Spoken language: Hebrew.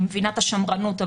אני מבינה את השמרנות,